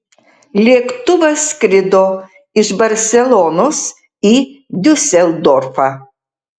lėktuvas skrido iš barselonos į diuseldorfą